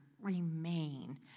remain